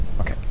Okay